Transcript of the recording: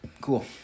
Cool